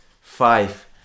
five